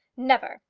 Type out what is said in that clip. never!